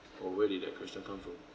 oh where did that question come from